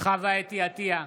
חוה אתי עטייה,